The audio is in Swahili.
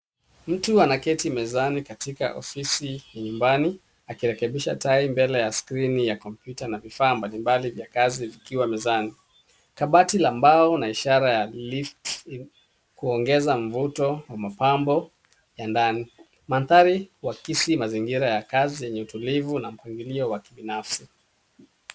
Mtu anaketi mezani katika ofisi ya nyumbani akirekebisha tai mbeke ya skrini ya kompyuta na vifaa mbalimbali vya kazi vikiwa mezani. Kabati la mbao na ishara la, lift, kuongeza mvuto wa mapambo ya ndani. Mandhari huakisi mazingira ya kazi yenye utulivu na mpangilio wa kibinafsi.